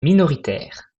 minoritaire